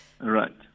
Right